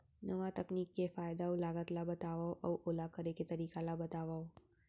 नवा तकनीक के फायदा अऊ लागत ला बतावव अऊ ओला करे के तरीका ला बतावव?